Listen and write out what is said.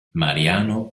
mariano